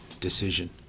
decision